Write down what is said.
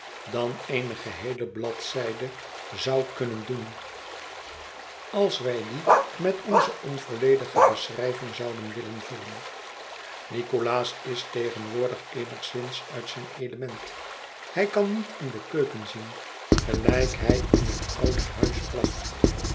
dan eene geheele bladzijde zou kunnen doen als wij die met onze onvolledige beschrijving zouden willen vullen nicholas is tegenwoordig eenigszins uit zijn element hij kan niet in de keuken zien gelijk hij in het oude huis